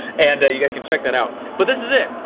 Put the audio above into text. and you guys can check that out. but this is it.